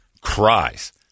cries